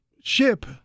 ship